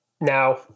Now